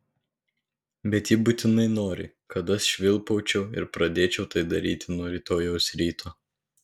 bet ji būtinai nori kad aš švilpaučiau ir pradėčiau tai daryti nuo rytojaus ryto